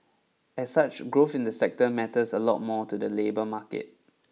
as such growth in the sector matters a lot more to the labour market